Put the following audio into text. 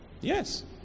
Yes